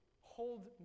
hold